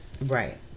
right